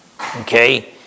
Okay